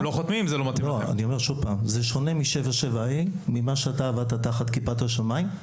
זה שונה ממה שאתה עבדת תחת כיפת השמיים.